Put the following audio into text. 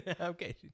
Okay